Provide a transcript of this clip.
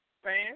fans